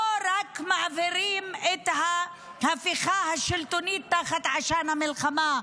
לא מעבירים רק את ההפיכה השלטונית תחת עשן המלחמה,